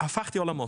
הפכתי עולמות.